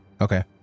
Okay